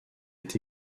est